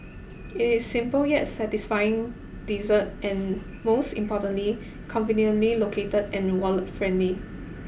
it is simple yet satisfying dessert and most importantly conveniently located and wallet friendly